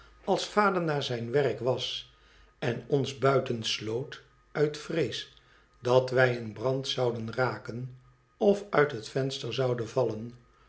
als vader naar zijn werk was en ons buiten sloot uit vrees dat wij in brand zouden raken of uit het venster zouden vallen